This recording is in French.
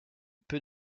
peu